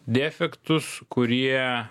defektus kurie